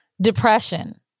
Depression